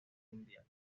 mundial